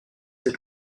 cet